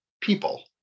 people